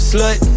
Slut